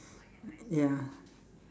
ya